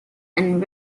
and